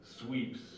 sweeps